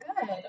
Good